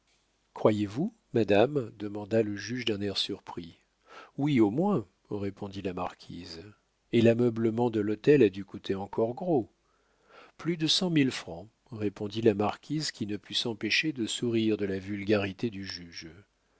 croyez-vous madame demanda le juge d'un air surpris oui au moins répondit la marquise et l'ameublement de l'hôtel a dû coûter encore gros plus de cent mille francs répondit la marquise qui ne put s'empêcher de sourire de la vulgarité du juge